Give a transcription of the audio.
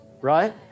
right